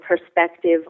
perspective